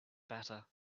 better